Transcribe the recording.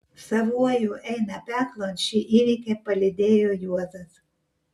savuoju eina peklon šį įvykį palydėjo juozas